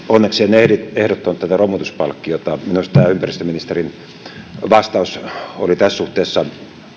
onneksi en ehdottanut tätä romutuspalkkiota minusta tämä ympäristöministerin vastaus oli tässä suhteessa